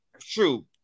true